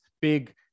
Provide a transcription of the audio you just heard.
big